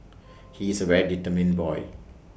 he is A very determined boy